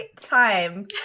time